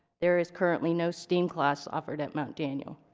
there is currently no steam class offered at mount daniel.